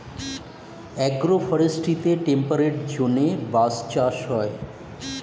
agro ফরেস্ট্রিতে temperate জোনে বাঁশ চাষ হয়